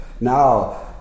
now